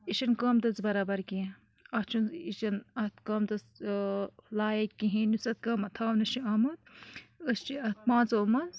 یہِ چھُنہ قۭمتس برابر کینٛہہ اتھ چھُنہ یہِ چھُنہ اتھ قۭمتس لایق کِہینۍ یُس اتھ قۭمتھ تھاونہ چھُ آمُت أسۍ چھِ اتھ پانژو منٛز